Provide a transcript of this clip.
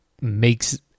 makes